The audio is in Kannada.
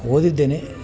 ಓದಿದ್ದೇನೆ